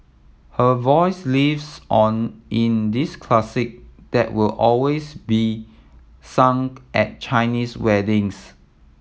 her voice lives on in this classic that will always be sung at Chinese weddings